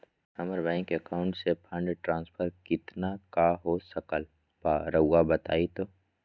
हमरा bank account से fund transfer कितना का हो सकल बा रुआ बताई तो?